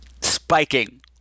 spiking